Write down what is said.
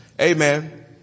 Amen